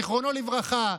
זיכרונו לברכה,